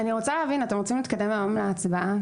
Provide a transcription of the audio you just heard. אני רוצה להבין, אתם רוצים להתקדם היום להצבעה?